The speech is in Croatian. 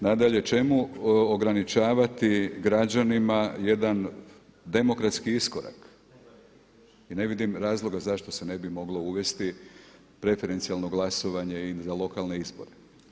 Nadalje, čemu ograničavati građanima jedan demokratski iskorak i ne vidim razloga zašto se ne bi moglo uvesti preferencijalno glasovanje i za lokalne izbore.